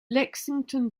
lexington